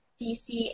DC